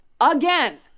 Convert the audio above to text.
again